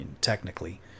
technically